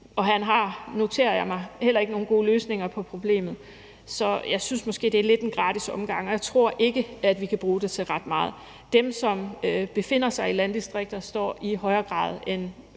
og jeg noterer mig også, at han ikke har nogen gode løsninger på problemet. Så jeg synes måske, det lidt er en gratis omgang, og jeg tror ikke, at vi kan bruge det til ret meget. Dem, som befinder sig i landdistrikterne, står i højere grad end